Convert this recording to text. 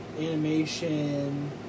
animation